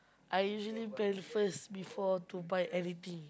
I usually plan first before to buy anything